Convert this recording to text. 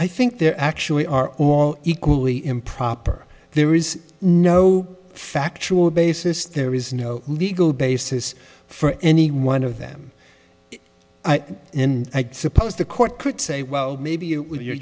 i think there actually are all equally improper there is no factual basis there is no legal basis for any one of them and i suppose the court could say well maybe